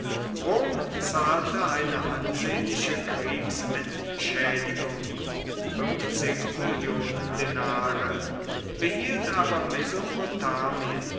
zahlte eine ansehnliche kriegsentschädigungen denare behielt aber